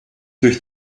durch